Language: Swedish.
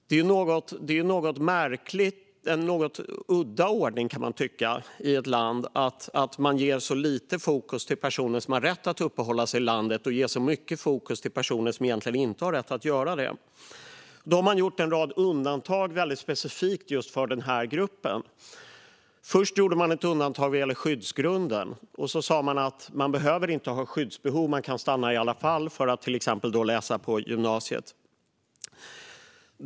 Det är en något märklig och udda ordning, kan jag tycka, att man i ett land ger så lite fokus till personer som har rätt att uppehålla sig i landet och ger så mycket fokus till personer som egentligen inte har rätt att göra det. Man har gjort en rad undantag väldigt specifikt just för den här gruppen. Först gjordes ett undantag vad gällde skyddsgrunden, och det sas att man inte behöver ha skyddsbehov utan kan stanna i alla fall för att till exempel läsa på gymnasiet.